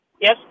Yes